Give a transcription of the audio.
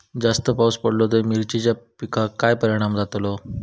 जास्त पाऊस पडलो तर मिरचीच्या पिकार काय परणाम जतालो?